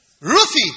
Ruthie